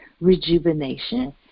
rejuvenation